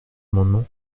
amendement